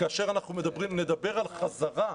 וכאשר אנחנו נדבר על חזרה,